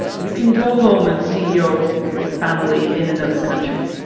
you can go home and see your family in another country.